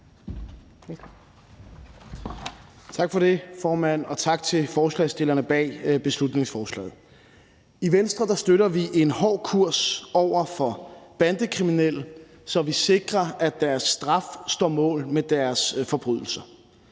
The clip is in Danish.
Tak for det, formand, og tak til forslagsstillerne bag beslutningsforslaget. I Venstre støtter vi en hård kurs over for bandekriminelle, så vi sikrer, at deres straf står mål med deres forbrydelser.